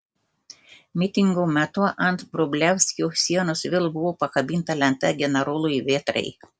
mitingo metu ant vrublevskių sienos vėl buvo pakabinta lenta generolui vėtrai